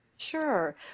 Sure